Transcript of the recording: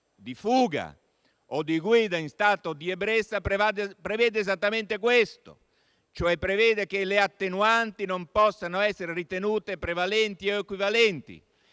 di fuga o di guida in stato di ebbrezza) prevede esattamente questo, ossia che le attenuanti non possano essere ritenute prevalenti o equivalenti